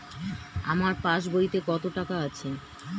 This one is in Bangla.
আমার পাস বইতে কত টাকা আছে?